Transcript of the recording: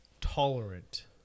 tolerant